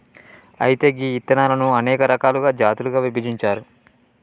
అయితే గీ ఇత్తనాలను అనేక రకాలుగా జాతులుగా విభజించారు